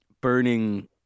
burning